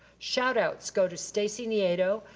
shoutouts go to stacy neido,